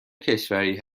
کشوری